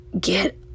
get